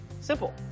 Simple